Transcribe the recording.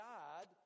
God